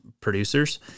producers